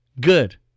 Good